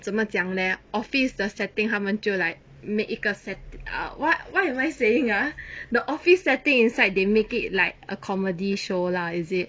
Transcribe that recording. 怎么讲 leh office 的 setting 他们就 like make 一个 setting out what what am I saying ah the office setting inside they make it like a comedy show lah is it